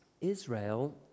Israel